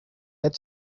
had